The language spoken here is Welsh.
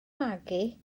magu